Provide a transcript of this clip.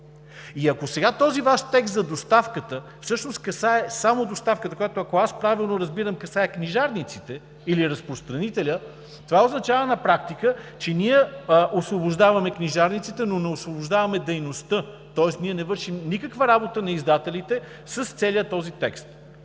И ако сега този Ваш текст за доставката – всъщност касае само доставката, която, ако правилно разбирам, касае книжарниците или разпространителя, това означава на практика, че ние освобождаваме книжарниците, но не освобождаваме дейността! Тоест не вършим никаква работа на издателите с целия този текст.